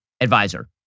advisor